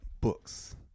books